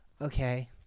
Okay